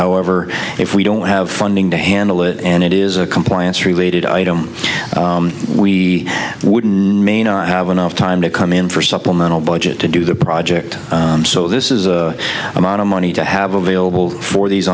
however if we don't have funding to handle it and it is as a compliance related item we wouldn't have enough time to come in for a supplemental budget to do the project so this is an amount of money to have available for these